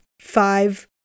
Five